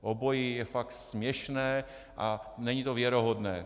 Obojí je fakt směšné a není to věrohodné.